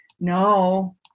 No